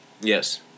Yes